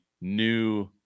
new